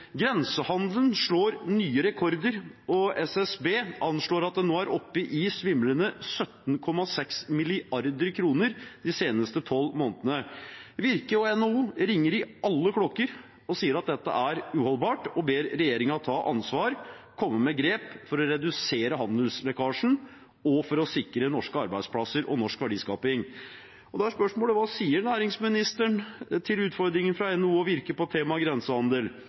Grensehandelen setter nye rekorder, og SSB anslår at den nå er oppe i svimlende 17,6 mrd. kr de siste tolv månedene. Virke og NHO ringer i alle klokker – de sier at dette er uholdbart, og ber regjeringen om å ta ansvar, komme med grep for å redusere handelslekkasjen og sikre norske arbeidsplasser og norsk verdiskaping. Da er spørsmålet: Hva sier næringsministeren til utfordringen fra NHO og Virke på temaet grensehandel?